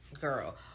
Girl